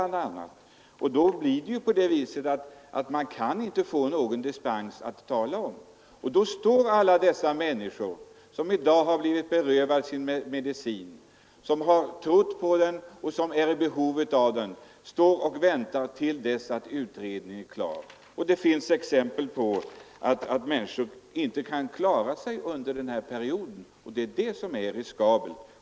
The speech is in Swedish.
Någon dispensmöjlighet att tala om finns inte, och då måste alla de människor som har blivit berövade den medicin de trott på och varit i behov av vänta till dess utredningen är klar. Det finns exempel som visar att en del människor inte kan klara sig utan dessa medel. Det är det som är riskabelt!